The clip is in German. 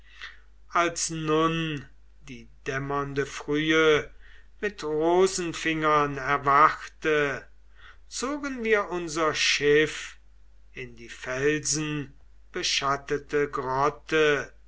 als nun die dämmernde frühe mit rosenfingern erwachte zogen wir unser schiff in die felsenbeschattete grotte